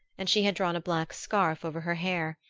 and she had drawn a black scarf over her hair,